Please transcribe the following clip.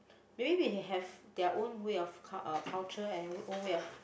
maybe we can have their own way of cul~ uh culture and own way of